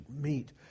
meet